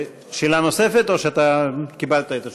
שאלה נוספת, או שקיבלת את התשובה?